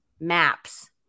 maps